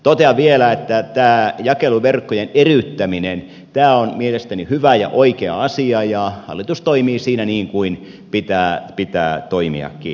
totean vielä että tämä jakeluverkkojen eriyttäminen on mielestäni hyvä ja oikea asia ja hallitus toimii siinä niin kuin pitää toimiakin